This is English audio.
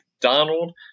Donald